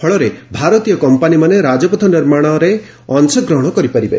ଫଳରେ ଭାରତୀୟ କମ୍ପାନୀମାନେ ରାଜପଥ ନିର୍ମାଣ ରେ ଅଂଶଗ୍ରହଣ କରିପାରିବେ